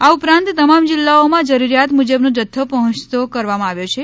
આ ઉપરાંત તમામ જિલ્લાઓમાં જરૂરિયાત મુજબનો જથ્થો પહોંયતો કરવામાં આવ્યો છે